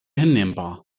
hinnehmbar